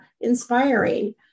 inspiring